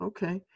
Okay